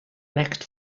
next